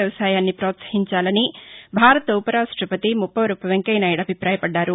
వ్యవసాయాన్ని ప్రోత్సహించాలని భారత ఉప రాష్టపతి ముప్పవరపు వెంకయ్య నాయుడు అభిపాయపడ్డారు